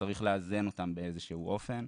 שצריך לאזן אותם באיזה שהוא אופן.